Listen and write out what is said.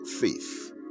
faith